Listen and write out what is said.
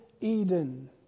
Eden